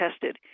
tested